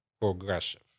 progressive